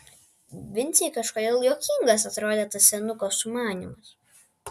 vincei kažkodėl juokingas atrodė tas senuko sumanymas